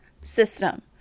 system